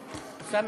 דעה.